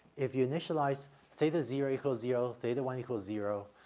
if you initialize theta zero equals zero, theta one equals zero,